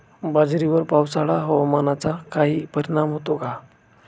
बाजरीवर पावसाळा हवामानाचा काही परिणाम होतो का?